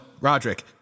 Roderick